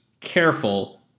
careful